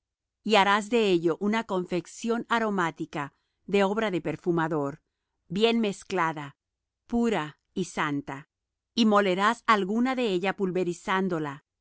y harás de ello una confección aromática de obra de perfumador bien mezclada pura y santa y molerás alguna de ella pulverizándola y la